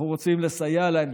אנחנו רוצים לסייע להם,